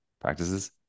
practices